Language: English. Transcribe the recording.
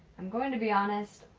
i'm going to be honest,